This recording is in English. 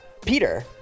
Peter